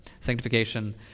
Sanctification